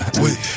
wait